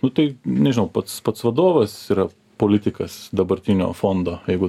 nu tai nežinau pats pats vadovas yra politikas dabartinio fondo jeigu